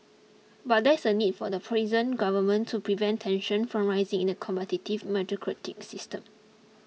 but there is a need for the present government to prevent tensions from rising in the competitive meritocratic system